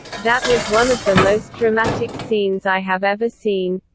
that was one of the most dramatic scenes i have ever seen.